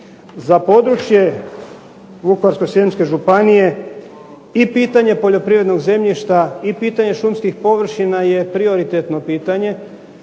Za područje Vukovarsko-srijemske županije i pitanje poljoprivrednog zemljišta i pitanje šumskih površina je prioritetno pitanje